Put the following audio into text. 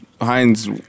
Heinz